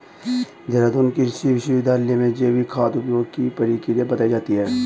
देहरादून कृषि विश्वविद्यालय में जैविक खाद उपयोग की प्रक्रिया बताई जाती है